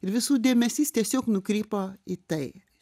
ir visų dėmesys tiesiog nukrypo į tai